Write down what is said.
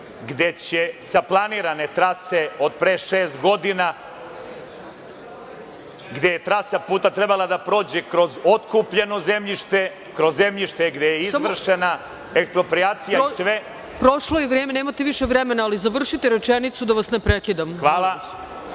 gde će sa planirane trase od pre šest godina, gde je trasa puta trebala da prođe kroz otkupljeno zemljište, kroz zemljište gde je izvršena eksproprijacija... **Ana Brnabić** Prošlo je vreme. Nemate više vremena, ali završite rečenicu, da vas ne prekidam.